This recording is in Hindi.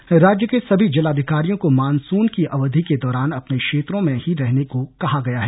समीक्षा राज्य के सभी जिलाधिकारियों को मॉनसून की अवधि के दौरान अपने क्षेत्रों में ही रहने को कहा गया है